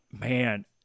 man